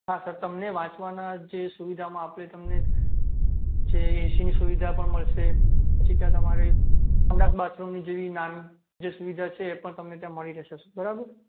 હા સર તમને વાંચવાના જે સુવિધામાં આપણે તમને જે એસીની સુવિધા પણ મળશે પછી ત્યાં તમારે સંડાસ બાથરૂમની જેવી નાની જે સુવિધા છે એ પણ તમને ત્યાં મળી જશે સર બરાબર